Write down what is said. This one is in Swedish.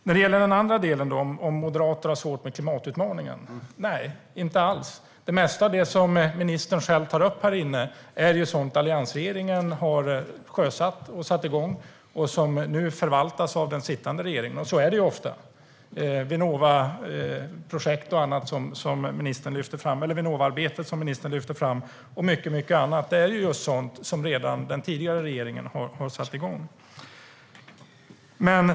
När det gäller den andra delen - om moderater har svårt med klimatutmaningen - är det inte alls så. Det mesta av det som ministern själv tar upp här inne är sådant som alliansregeringen har sjösatt och satt igång och som nu förvaltas av den sittande regeringen. Så är det ofta. Vinnovaarbetet som ministern lyfter fram, och mycket annat, är just sådant som redan den tidigare regeringen har satt igång.